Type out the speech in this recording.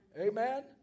Amen